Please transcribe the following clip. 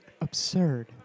absurd